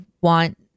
want